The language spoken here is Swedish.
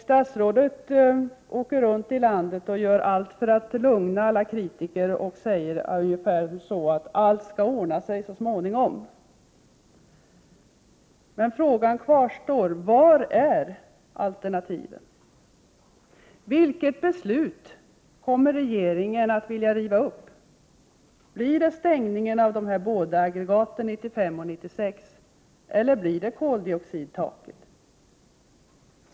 Statsrådet åker runt i landet och gör allt för att lugna alla kritiker och säger ungefär så här: Allt skall ordna sig så småningom. Men frågan kvarstår: Var är alternativen? Vilket beslut kommer regeringen att vilja riva upp? Blir det stängningen av de här båda aggregaten, 95 och 96, eller blir det koldioxidtaket?